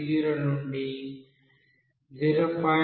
30 నుండి 0